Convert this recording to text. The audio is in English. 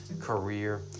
career